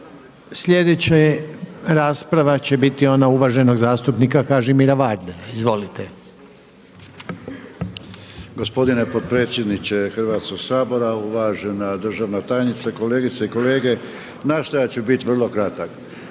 Sljedeća rasprava će biti ona uvaženog zastupnika Kažimira Varde.